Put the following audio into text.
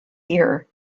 ear